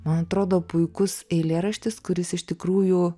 man atrodo puikus eilėraštis kuris iš tikrųjų